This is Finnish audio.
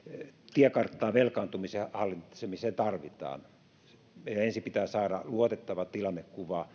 tiekarttaa velkaantumisen hallitsemiseen tarvitaan ensin meidän pitää saada luotettava tilannekuva